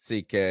CK